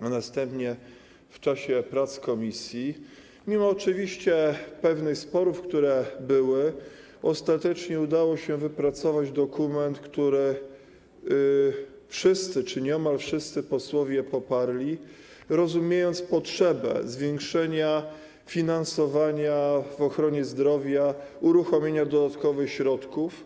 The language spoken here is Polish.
a następnie w czasie prac komisji - oczywiście mimo pewnych sporów, które były, ostatecznie udało się wypracować dokument, który wszyscy czy niemal wszyscy posłowie poparli, rozumiejąc potrzebę zwiększenia finansowania w ochronie zdrowia, uruchomienia dodatkowych środków.